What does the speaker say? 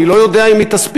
אני לא יודע אם היא תספיק.